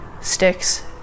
sticks